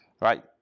Right